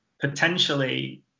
potentially